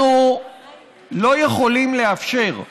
אנחנו לא יכולים לאפשר,